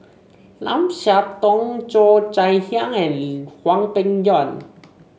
Lim Siah Tong Cheo Chai Hiang and Hwang Peng Yuan